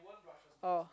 oh